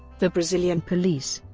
the brazilian police,